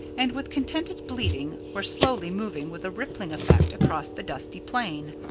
and with contented bleatings were slowly moving with a rippling effect across the dusty plain.